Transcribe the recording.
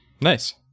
Nice